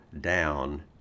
down